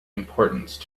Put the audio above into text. importance